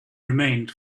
remained